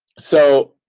so,